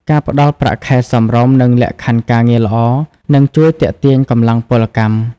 ការផ្តល់ប្រាក់ខែសមរម្យនិងលក្ខខណ្ឌការងារល្អនឹងជួយទាក់ទាញកម្លាំងពលកម្ម។